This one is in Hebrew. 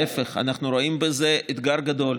להפך, אנחנו רואים בזה אתגר גדול.